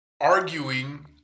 arguing